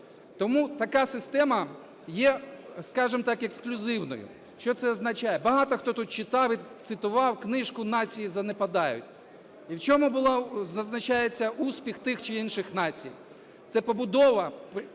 Тому така система є, скажемо так, ексклюзивною. Що це означає? Багато хто тут читав і цитував книжку "Нації занепадають". І в чому зазначається успіх тих чи інших націй? Це побудова